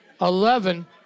eleven